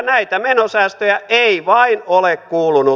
näitä menosäästöjä ei vain ole kuulunut